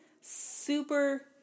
Super